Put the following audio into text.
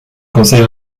conseil